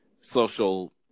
social